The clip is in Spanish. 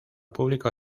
público